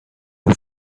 une